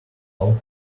all